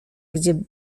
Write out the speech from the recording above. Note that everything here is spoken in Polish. gdzie